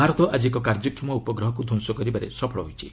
ଭାରତ ଆଜି ଏକ କାର୍ଯ୍ୟକ୍ଷମ ଉପଗ୍ରହକୁ ଧ୍ୱଂସ କରିବାରେ ସଫଳ ହୋଇଛି